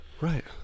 right